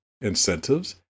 incentives